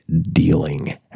dealing